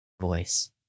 voice